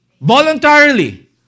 voluntarily